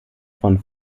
von